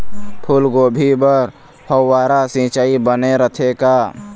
फूलगोभी बर फव्वारा सिचाई बने रथे का?